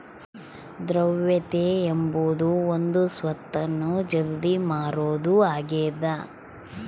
ದ್ರವ್ಯತೆ ಎಂಬುದು ಒಂದು ಸ್ವತ್ತನ್ನು ಜಲ್ದಿ ಮಾರುವುದು ಆಗಿದ